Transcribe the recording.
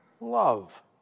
love